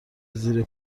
زیر